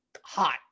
hot